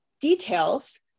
details